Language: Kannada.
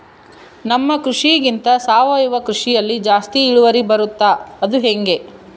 ನಮ್ಮ ಕೃಷಿಗಿಂತ ಸಾವಯವ ಕೃಷಿಯಲ್ಲಿ ಜಾಸ್ತಿ ಇಳುವರಿ ಬರುತ್ತಾ ಅದು ಹೆಂಗೆ?